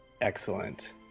excellent